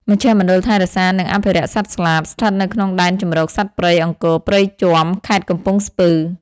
មជ្ឈមណ្ឌលថែរក្សា និងអភិរក្សសត្វស្លាប ស្ថិតនៅក្នុងដែនជម្រកសត្វព្រៃអង្គរព្រៃជាំ ខេត្តកំពង់ស្ពឺ។